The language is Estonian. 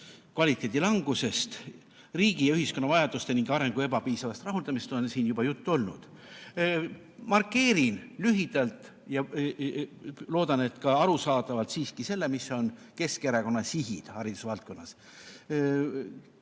roomavast langusest, riigi ja ühiskonna vajaduste ning arengu ebapiisavast rahuldamisest on siin juba juttu olnud. Markeerin lühidalt ja loodan, et ka arusaadavalt, siiski selle, mis on Keskerakonna sihid haridusvaldkonnas.